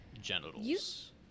genitals